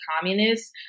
communists